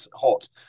hot